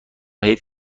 حیف